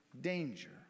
danger